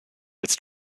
its